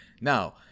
Now